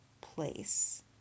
place